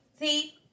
see